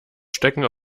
stecken